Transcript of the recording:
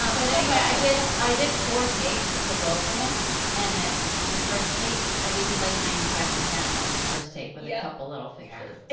um but anyway i did i did four takes of the vocal and the first take and we did like ninety five percent of the first take with a couple little fixes. it's